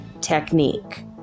technique